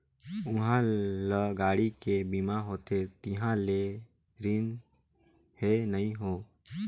उहां ल गाड़ी के बीमा होथे तिहां ले रिन हें नई हों